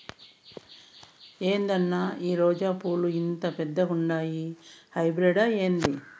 ఏందన్నా ఈ రోజా పూలు ఇంత పెద్దగుండాయి హైబ్రిడ్ ఏంది